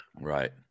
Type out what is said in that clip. Right